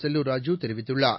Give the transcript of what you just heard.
செல்லூர் ராஜூ தெரிவித்துள்ளார்